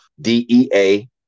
DEA